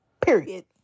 period